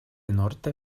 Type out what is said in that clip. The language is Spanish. norte